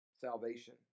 salvation